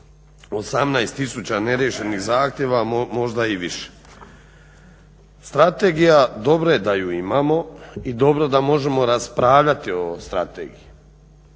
18000 neriješenih zahtjeva, možda i više. Strategija, dobro je da ju imamo i dobro da možemo raspravljati o strategiji